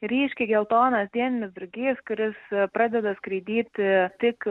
ryškiai geltonas dieninis drugys kuris pradeda skraidyti tik